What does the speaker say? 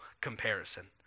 comparison